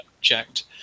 checked